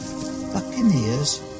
Buccaneers